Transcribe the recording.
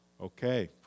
okay